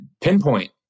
pinpoint